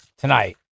tonight